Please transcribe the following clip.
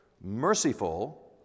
merciful